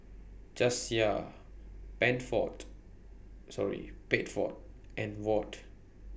Jasiah sorry Bedford and Ward